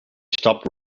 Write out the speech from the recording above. stopped